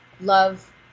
love